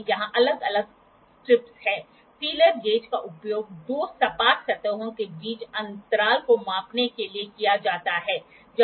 तो मैं यहां 9 जोड़ता हूं इसलिए मैं इस दिशा में 9 जोड़ता हूं तो सीधे 9 मिलता है इसलिए कोई समस्या नहीं है